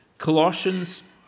Colossians